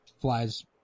flies